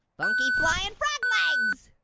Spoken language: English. funky flying frog legs!